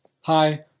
Hi